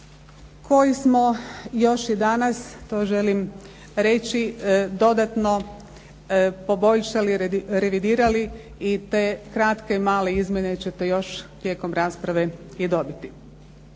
koje smo još i danas to želim reći dodatno poboljšali i revidirali i te kratke male izmjene ćete još tijekom rasprave i dobiti.